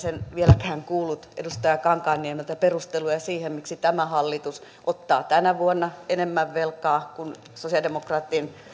en vieläkään kuullut edustaja kankaanniemeltä perusteluja siihen miksi tämä hallitus ottaa tänä vuonna enemmän velkaa kuin hallitus jossa sosialidemokraatit olivat